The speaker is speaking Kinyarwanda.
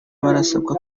barasabwa